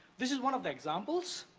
this is one of the examples.